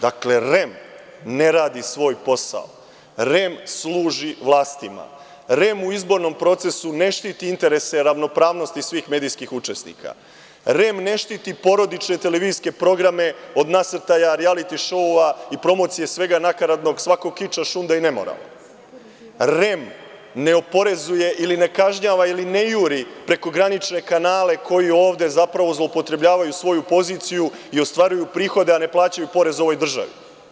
Dakle, REM ne radi svoj posao, REM služi vlastima, REM u izbornom procesu ne štiti interese ravnopravnosti svih medijskih učesnika, REM ne štiti porodične televizijske programe od nasrtaja rijaliti šoua i promocija svega nakaradnog, kiča, šunda i nemorala, REM ne oporezuje ili ne kažnjava ili ne juri prekogranične kanale koji ovde zloupotrebljavaju svoju poziciju i ostvaruju prihode, a ne plaćaju porez ovoj državi.